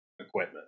equipment